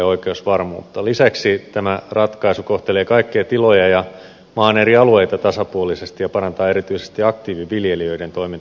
lisäksi tämä ratkaisu kohtelee kaikkia tiloja ja maan eri alueita tasapuolisesti ja parantaa erityisesti aktiiviviljelijöiden toimintamahdollisuuksia